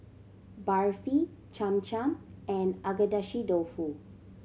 Barfi Cham Cham and Agedashi Dofu